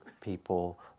people